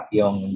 yung